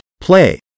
play